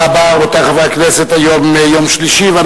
התשע"א 2010, סעיף 46(5)